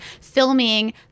filming